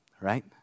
right